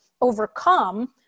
overcome